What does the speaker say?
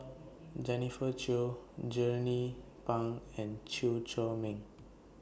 Jennifer Yeo Jernnine Pang and Chew Chor Meng